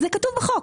זה כתוב בחוק.